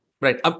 Right